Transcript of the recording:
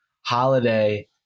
Holiday